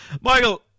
Michael